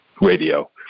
radio